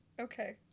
Okay